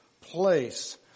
place